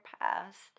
past